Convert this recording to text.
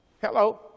Hello